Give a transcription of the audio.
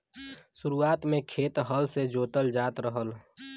शुरुआत में खेत हल से जोतल जात रहल